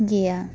ᱜᱮᱭᱟ